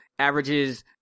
averages